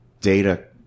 data